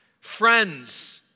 Friends